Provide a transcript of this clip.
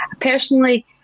personally